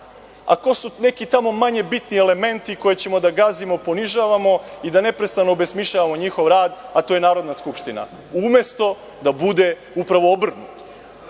a ko su neki tamo manje bitni elementi koje ćemo da gazimo, ponižavamo i da neprestano obesmišljavamo njihov rad, a to je Narodna skupština, umesto da bude upravo obrnuto. Dakle,